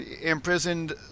imprisoned